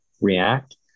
react